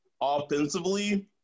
offensively